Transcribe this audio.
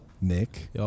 Nick